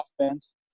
offense